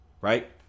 right